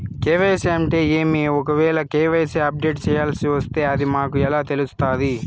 KYC అంటే ఏమి? ఒకవేల కె.వై.సి అప్డేట్ చేయాల్సొస్తే అది మాకు ఎలా తెలుస్తాది?